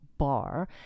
bar